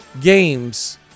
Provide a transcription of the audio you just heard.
games